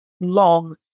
long